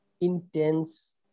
intense